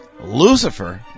Lucifer